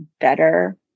better